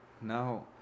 Now